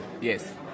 Yes